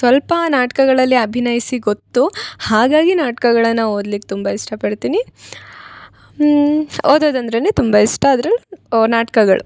ಸ್ವಲ್ಪ ನಾಟ್ಕಗಳಲ್ಲಿ ಅಭಿನಯ್ಸಿ ಗೊತ್ತು ಹಾಗಾಗಿ ನಾಟ್ಕಗಳನ್ನು ಓದ್ಲಿಕ್ಕೆ ತುಂಬ ಇಷ್ಟ ಪಡ್ತೀನಿ ಓದೋದಂದರೇನೆ ತುಂಬ ಇಷ್ಟ ಅದ್ರಲ್ಲಿ ನಾಟ್ಕಗಳು